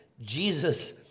Jesus